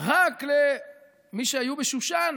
רק למי שהיו בשושן